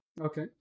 Okay